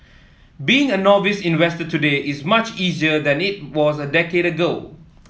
being a novice investor today is much easier than it was a decade ago